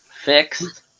fixed